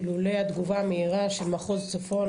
אילולא התגובה המהירה של מחוז צפון,